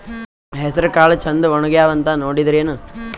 ಹೆಸರಕಾಳು ಛಂದ ಒಣಗ್ಯಾವಂತ ನೋಡಿದ್ರೆನ?